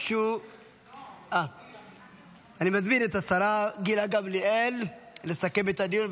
אני מזמין את השרה גילה גמליאל לסכם את הדיון,